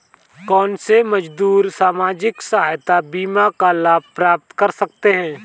कौनसे मजदूर सामाजिक सहायता बीमा का लाभ प्राप्त कर सकते हैं?